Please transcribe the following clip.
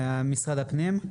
משרד הפנים,